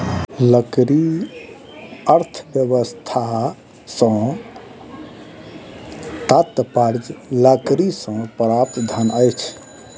लकड़ी अर्थव्यवस्था सॅ तात्पर्य लकड़ीसँ प्राप्त धन अछि